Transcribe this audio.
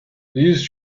these